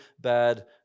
bad